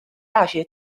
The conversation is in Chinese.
大学